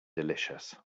delicious